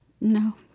No